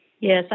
Yes